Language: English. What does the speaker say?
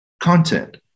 content